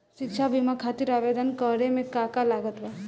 शिक्षा बीमा खातिर आवेदन करे म का का लागत बा?